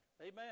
Amen